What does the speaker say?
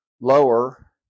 lower